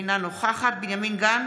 אינה נוכחת בנימין גנץ,